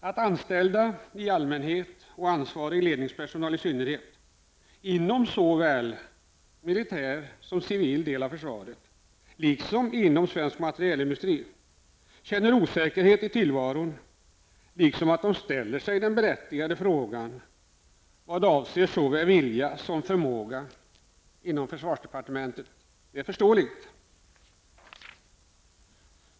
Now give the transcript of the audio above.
Att anställda i allmänhet och ansvarig ledningspersonal i synnerhet inom det militära och civila försvaret liksom inom svensk materielindustri känner osäkerhet i tillvaron och berättigat ställer sig frågande till såväl vilja som förmåga inom försvarsdepartementet är förståeligt.